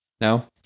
No